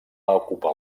ocupar